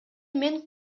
мен